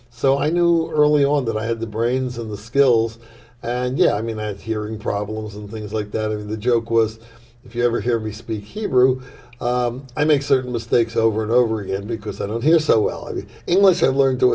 so i knew early on that i had the brains of the skills and yeah i mean that hearing problems and things like that or the joke was if you ever hear me speak hebrew i make certain mistakes over and over again because i don't hear so well the english have learned to